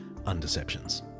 Undeceptions